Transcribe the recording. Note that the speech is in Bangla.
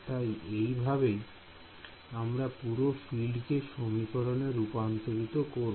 তাই এই ভাবেই আমরা পুরো ফিল্ড কে সমীকরণে রূপান্তরিত করব